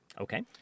Okay